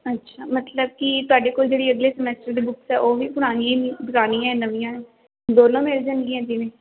ਅੱਛਾ ਮਤਲਬ ਕਿ ਤੁਹਾਡੇ ਕੋਲ ਜਿਹੜੀ ਅਗਲੇ ਸਮੈਸਟਰ ਦੀ ਬੁੱਕਸ ਹੈ ਉਹ ਵੀ ਪੁਰਾਣੀ ਹੈ ਪੁਰਾਣੀਆਂ ਹੈ ਨਵੀਆਂ ਹੈ ਦੋਨੋਂ ਮਿਲ ਜਾਣਗੀਆਂ ਜਿਵੇਂ